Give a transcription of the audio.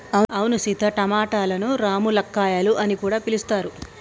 అవును సీత టమాటలను రామ్ములక్కాయాలు అని కూడా పిలుస్తారు